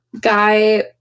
guy